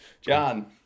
John